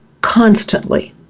constantly